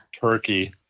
Turkey